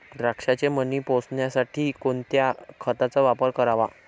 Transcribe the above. द्राक्षाचे मणी पोसण्यासाठी कोणत्या खताचा वापर करावा?